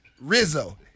Rizzo